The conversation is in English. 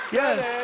yes